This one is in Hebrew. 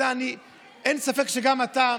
אין ספק שגם אתה,